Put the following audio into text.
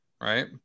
Right